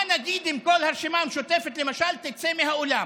מה נגיד אם כל הרשימה המשותפת, למשל, תצא מהאולם?